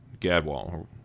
Gadwall